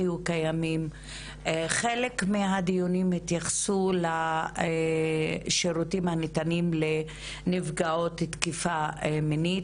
חלק מהדיונים התייחסו לשירותים הניתנים לנפגעות תקיפה מינית.